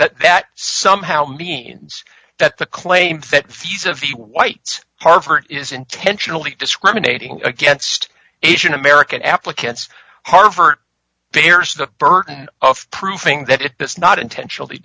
that that somehow means that the claim that fuse of the whites harvard is intentionally discriminating against asian american applicants harvard bears the burden of proving that it is not intentional